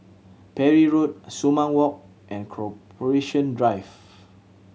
Parry Road Sumang Walk and Corporation Drive